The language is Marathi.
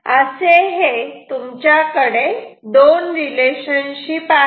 असे हे तुमच्याकडे दोन रिलेशनशिप आहेत